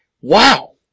Wow